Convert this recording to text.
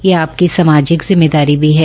यह आपकी सामाजिक जिम्मेदारी भी है